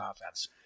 offense